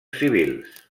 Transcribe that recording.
civils